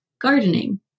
gardening